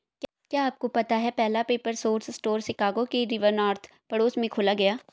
क्या आपको पता है पहला पेपर सोर्स स्टोर शिकागो के रिवर नॉर्थ पड़ोस में खोला गया?